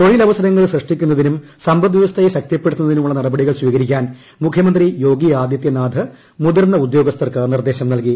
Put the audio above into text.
തൊഴിലവസരങ്ങൾ സൃഷ്ടിക്കുന്നതിനും സമ്പദ് വൃവസ്ഥയെ ശക്തിപ്പെടുത്തുന്നതിനുമുള്ള നടപടികൾ സ്വീകരിക്കാൻ മുഖ്യമന്ത്രി യോഗി ആദിത്യനാഥ് മുതിർന്ന ഉദ്യോഗസ്ഥർക്ക് നിർദ്ദേശം നൽകി